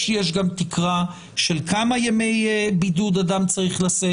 יש גם תקרה של כמה ימי בידוד אדם צריך לשאת.